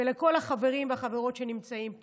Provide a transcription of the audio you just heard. ולכל החברים והחברות שנמצאים פה,